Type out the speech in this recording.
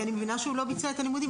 כי אני מבינה שהוא לא ביצע את הלימודים.